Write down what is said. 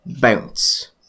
bounce